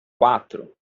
quatro